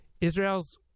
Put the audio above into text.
Israel's